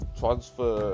transfer